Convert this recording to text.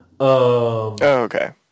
Okay